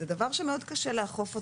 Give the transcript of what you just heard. זה דבר שמאוד קשה לאכוף אותו.